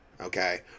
okay